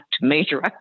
major